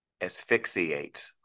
asphyxiates